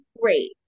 Great